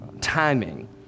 timing